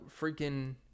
freaking